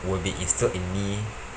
will be instilled in me